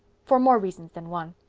for more reasons than one.